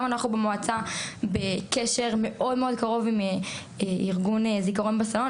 גם אנחנו במועצה בקשר מאוד מאוד קרוב עם ארגון זיכרון בסלון.